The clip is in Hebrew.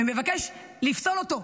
ומבקש לפסול אותו,